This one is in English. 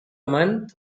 month